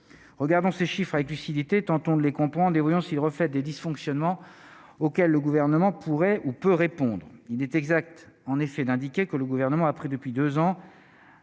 regardons ces chiffres avec lucidité, tentons de les comprendre et voyons si le reflet des dysfonctionnements auxquels le gouvernement pourrait ou peut répondre, il est exact, en effet, d'indiquer que le gouvernement a pris depuis 2 ans,